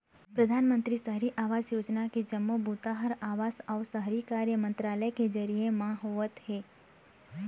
परधानमंतरी सहरी आवास योजना के जम्मो बूता ह आवास अउ शहरी कार्य मंतरालय के जरिए म होवत हे